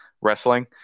wrestling